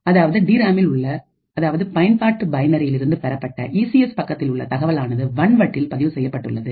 அதாவது டிராமில் உள்ள அதாவது பயன்பாட்டு பைனரி இருந்து பெறப்பட்டு இசிஎஸ் பக்கத்தில் உள்ள தகவலானது வன்வட்டில் பதிவு செய்யப்பட்டுள்ளது